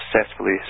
successfully